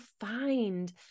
find